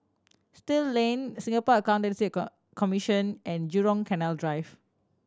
Still Lane Singapore Accountancy Commission and Jurong Canal Drive